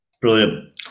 brilliant